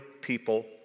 people